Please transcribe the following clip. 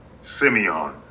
Simeon